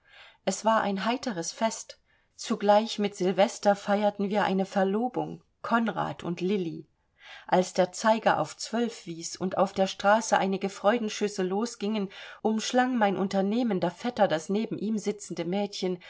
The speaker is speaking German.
es war ein heiteres fest zugleich mit sylvester feierten wir eine verlobung konrad und lilli als der zeiger auf zwölf wies und auf der straße einige freudenschüsse losgingen umschlang mein unternehmender vetter das neben ihm sitzende mädchen